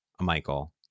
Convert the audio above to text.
Michael